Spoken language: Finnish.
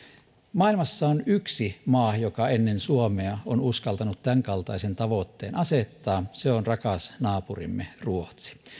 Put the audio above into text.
maailmassa on yksi maa joka ennen suomea on uskaltanut tämänkaltaisen tavoitteen asettaa se on rakas naapurimme ruotsi